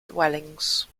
dwellings